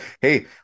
Hey